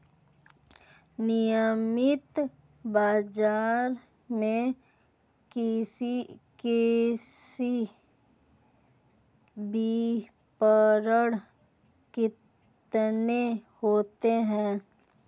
नियमित बाज़ार में कृषि विपणन कितना होता है?